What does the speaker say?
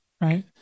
right